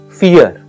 fear